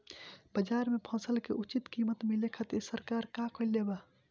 बाजार में फसल के उचित कीमत मिले खातिर सरकार का कईले बाऽ?